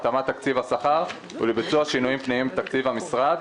התאמת תקציב שכר ולביצוע שינויים פנימיים בתקציב המשרד.